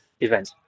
event